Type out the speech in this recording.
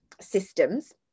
systems